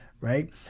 right